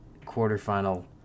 quarterfinal